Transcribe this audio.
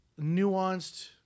nuanced